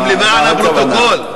גם למען הפרוטוקול.